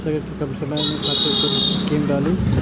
पैसा कै कम समय खातिर कुन स्कीम मैं डाली?